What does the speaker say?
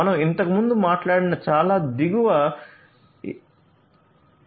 మనం ఇంతకుముందు మాట్లాడిన చాలా దిగువ 802